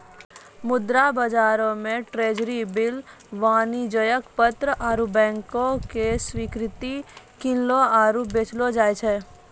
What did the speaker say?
मुद्रा बजारो मे ट्रेजरी बिल, वाणिज्यक पत्र आरु बैंको के स्वीकृति किनलो आरु बेचलो जाय छै